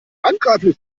handgreiflich